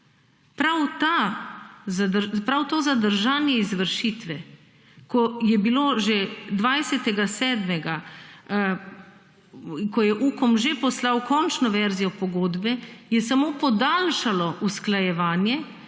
Prav to zadržanje izvršitve, ko je bilo že 20. julija, ko je UKOM že poslal končno verzijo pogodbe, je samo podaljšalo usklajevanje,